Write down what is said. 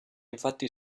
infatti